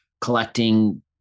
collecting